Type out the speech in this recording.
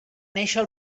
néixer